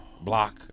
block